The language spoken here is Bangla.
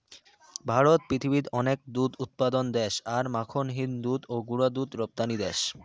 ভারত পৃথিবীত অনেক দুধ উৎপাদন দ্যাশ আর মাখনহীন দুধ ও গুঁড়া দুধ রপ্তানির দ্যাশ